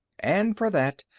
and, for that,